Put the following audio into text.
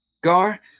Gar